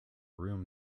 room